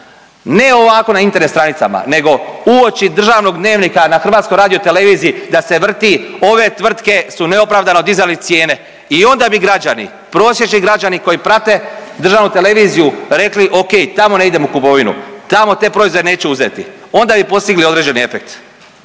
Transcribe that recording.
Ne ovako na Internet stranicama, nego uoči državnog dnevnika na Hrvatskoj radioteleviziji da se vrti ove tvrtke su neopravdano dizali cijene. I onda bi građani, prosječni građani koji prate državnu televiziju rekli o.k. tamo ne idem u kupovinu, tamo te proizvode neću uzeti, onda bi postigli određeni efekt,